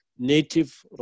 Native